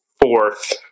fourth